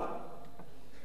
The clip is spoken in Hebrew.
כי צופים בנו